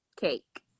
cake